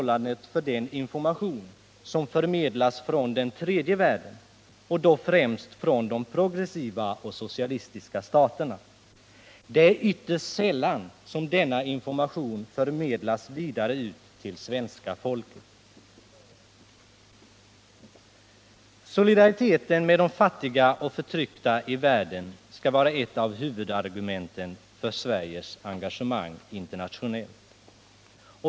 Den information som förmedlas från den tredje världen, och då främst från de progressiva och socialistiska staterna, förmedlas ytterst sällan vidare ut till svenska folket. Solidariteten med de fattiga och förtryckta i världen skall vara ett av huvudargumenten för Sveriges engagemang internationellt.